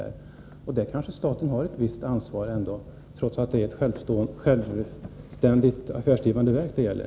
Där kanske staten ändå har ett ett visst ansvar, trots att det är självständiga, affärsdrivande verk det gäller.